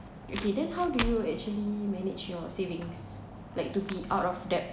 okay then how do you actually manage your savings like to be out of debt